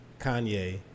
Kanye